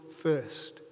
first